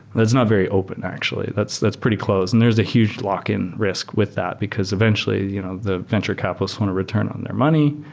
that's not very open actually. that's that's pretty close. and there's a huge lock in risk with that, because eventually you know the venture capitalists want a return on their money.